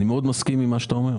אני מסכים מאוד עם מה שאתה אומר.